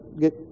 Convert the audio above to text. get